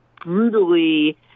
brutally